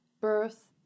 birth